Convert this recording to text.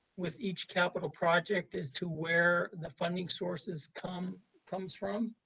with each capital project as to where the funding sources comes comes from.